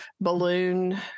balloon